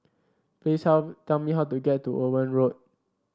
please how tell me how to get to Owen Road